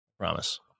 promise